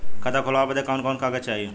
खाता खोलवावे बादे कवन कवन कागज चाही?